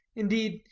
indeed,